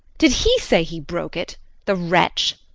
did he say he broke it the wretch!